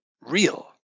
real